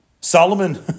Solomon